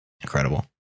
incredible